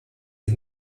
ich